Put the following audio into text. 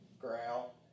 growl